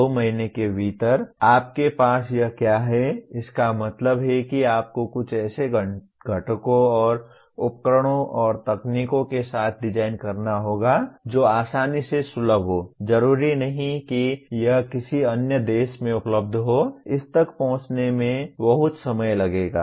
दो महीने के भीतर आपके पास यह क्या है इसका मतलब है कि आपको कुछ ऐसे घटकों और उपकरणों और तकनीकों के साथ डिज़ाइन करना होगा जो आसानी से सुलभ हों जरूरी नहीं कि यह किसी अन्य देश में उपलब्ध हो इस तक पहुंचने में बहुत समय लगेगा